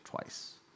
twice